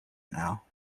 now